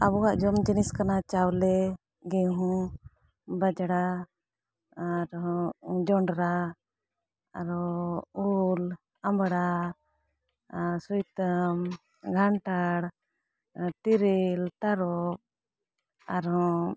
ᱟᱵᱚᱣᱟᱜ ᱡᱚᱢ ᱡᱤᱱᱤᱥ ᱠᱟᱱᱟ ᱪᱟᱣᱞᱮ ᱜᱮᱦᱩ ᱵᱟᱡᱽᱲᱟ ᱟᱨᱦᱚᱸ ᱡᱚᱸᱰᱨᱟ ᱟᱨᱚ ᱩᱞ ᱟᱢᱲᱟ ᱥᱩᱭᱛᱟᱢ ᱜᱷᱟᱱᱴᱟᱲ ᱛᱤᱨᱤᱞ ᱛᱟᱨᱚᱵ ᱟᱨᱦᱚᱸ